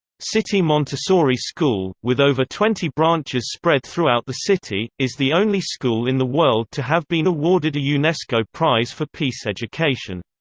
city montessori school, with over twenty branches spread throughout the city, is the only school in the world to have been awarded a unesco prize for peace education.